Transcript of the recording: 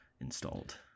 installed